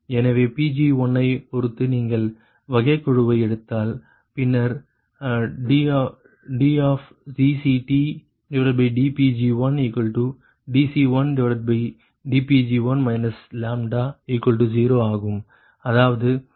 எனவே Pg1 ஐ பொறுத்து நீங்கள் வகைக்கெழுவை எடுத்தால் பின்னர் dCTdPg1dC1dPg1 λ0 ஆகும் அதாவது dC1dPg1 ஆகும்